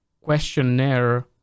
questionnaire